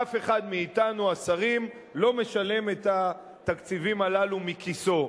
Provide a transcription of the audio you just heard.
אף אחד מאתנו השרים לא משלם את התקציבים הללו מכיסו.